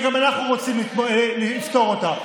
שגם אנחנו רוצים לפתור אותה.